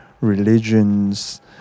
religions